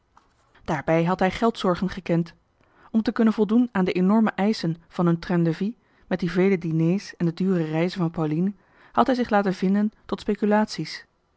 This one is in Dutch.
daarbij had hij geldzorgen gekend om te kunnen voldoen aan de enorme eischen van hun train de vie met die vele diners en de dure reizen van pauline had hij zich laten vinden tot speculaties